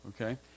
okay